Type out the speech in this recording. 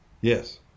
Yes